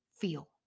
feel